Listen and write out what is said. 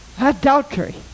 Adultery